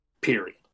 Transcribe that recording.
Period